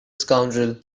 scoundrel